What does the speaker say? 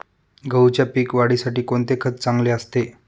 गहूच्या पीक वाढीसाठी कोणते खत चांगले असते?